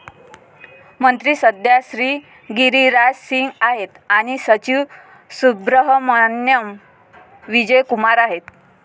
मंत्री सध्या श्री गिरिराज सिंग आहेत आणि सचिव सुब्रहमान्याम विजय कुमार आहेत